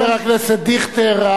חבר הכנסת דיכטר,